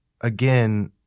again